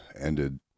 ended